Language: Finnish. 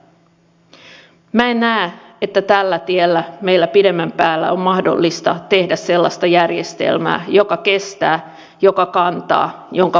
minä en näe että tällä tiellä meillä pidemmän päälle on mahdollista tehdä sellaista järjestelmää joka kestää joka kantaa jonka varaan voi rakentaa